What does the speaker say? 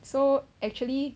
so actually